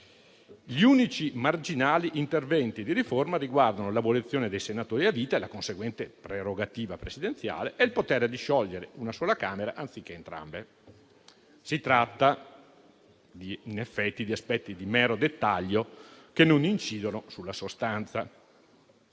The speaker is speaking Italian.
Gli unici marginali interventi di riforma riguardano l'abolizione dei senatori a vita e la conseguente prerogativa presidenziale e il potere di sciogliere una sola Camera anziché entrambe. Si tratta in effetti di aspetti di mero dettaglio che non incidono sulla sostanza.